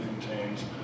contains